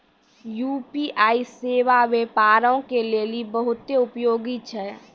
UPI सेबा व्यापारो के लेली बहुते उपयोगी छै